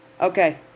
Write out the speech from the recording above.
Okay